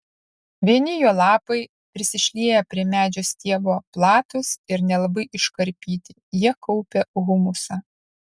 vieni jo lapai prisišlieję prie medžio stiebo platūs ir nelabai iškarpyti jie kaupia humusą